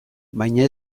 baina